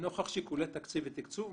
"נוכח שיקולי תקציב ותקצוב,